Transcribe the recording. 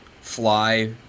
fly